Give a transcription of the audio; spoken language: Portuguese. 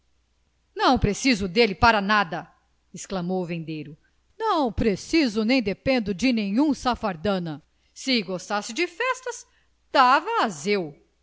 não preciso dele para nada exclamou o vendeiro não preciso nem dependo de nenhum safardana se gostasse de festas dava as eu